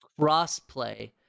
crossplay